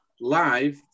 live